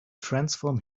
transform